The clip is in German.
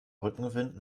rückenwind